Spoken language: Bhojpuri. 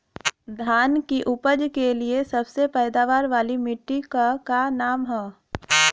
धान की उपज के लिए सबसे पैदावार वाली मिट्टी क का नाम ह?